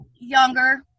younger